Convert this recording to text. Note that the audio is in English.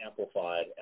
amplified